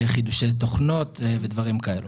חידוש של תוכנות ודברים כאלה.